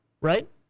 Right